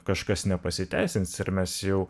kažkas nepasiteisins ir mes jau